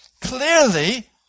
clearly